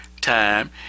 time